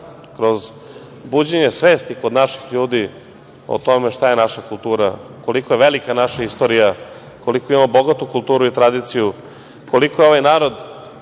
kroz buđenje svesti kod naših ljudi o tome šta je naša kultura, koliko je velika naša istorija, koliko imamo bogatu kulturu i tradiciju, koliko je ovaj narod